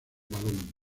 balón